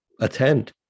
attend